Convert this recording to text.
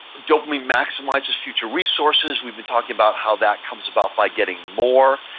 dopamine maximizes future resources. we've been talking about how that comes about by getting more.